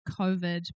COVID